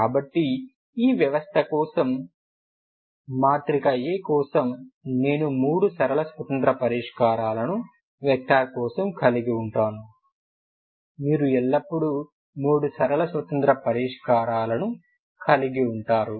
కాబట్టి ఈ వ్యవస్థ కోసం మాత్రిక A కోసం నేను మూడు సరళ స్వతంత్ర పరిష్కారాలను వెక్టర్ కోసం కలిగి ఉంటాను మీరు ఎల్లప్పుడూ మూడు సరళ స్వతంత్ర పరిష్కారాలను కలిగి ఉంటారు